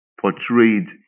portrayed